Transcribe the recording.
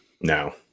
No